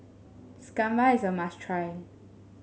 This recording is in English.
is a must try